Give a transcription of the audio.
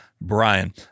Brian